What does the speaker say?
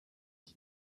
can